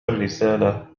الرسالة